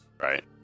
Right